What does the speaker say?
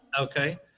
Okay